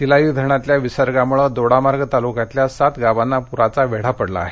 तिलारी धरणातल्या विसर्गामुळे दोडामार्ग तालुक्यातल्या सात गावांना पुराचा वेढा पडला आहे